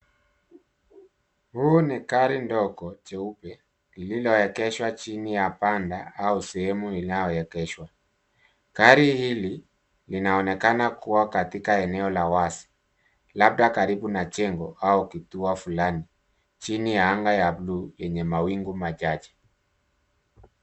Huu ni gari dogo jeupe inayoogeshwa chini ya banda au sehemu inayooegeshwa. Gari hili linaonekana kuwa katika eneo la wazi labda karibu na jengo chini ya anga la bluu lenye mawingu machache.